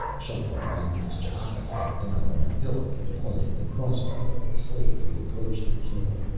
shuffling backwards ch'aka sat down on a hillock and pointed the crossbow at the slave who approached the kill.